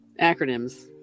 acronyms